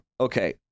okay